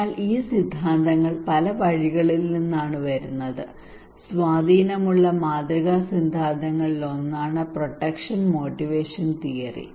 അതിനാൽ ഈ സിദ്ധാന്തങ്ങൾ പല വഴികളിൽ നിന്നാണ് വന്നത് സ്വാധീനമുള്ള മാതൃകാ സിദ്ധാന്തങ്ങളിലൊന്നാണ് പ്രൊട്ടക്ഷൻ മോട്ടിവേഷൻ തിയറി